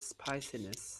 spiciness